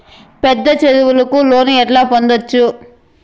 పెద్ద చదువులకు లోను ఎట్లా పొందొచ్చు